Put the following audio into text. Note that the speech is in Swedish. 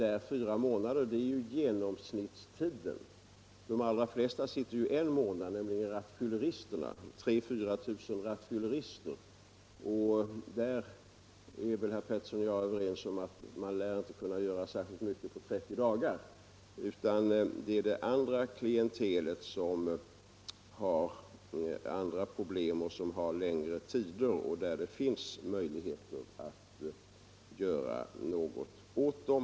Dessa fyra månader anger genomsnittstiden. De allra flesta sitter en månad, nämligen rattfylleristerna. Vi har 3 000 å 4000 rattfyllerister. Herr Pettersson och jag är säkerligen överens om att man inte lär kunna göra särskilt mycket på 30 dagar. Det är beträffande det övriga klientelet, som sitter en längre tid i fängelse och som har andra problem, vi har möjligheter att göra någonting.